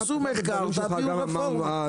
תעשו מחקר ואז תעבירו רפורמה.